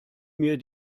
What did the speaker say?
mir